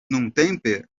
nuntempe